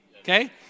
Okay